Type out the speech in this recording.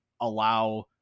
allow